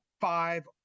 five